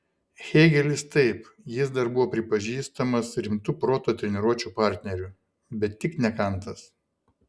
hėgelis taip jis dar buvo pripažįstamas rimtu proto treniruočių partneriu bet tik ne kantas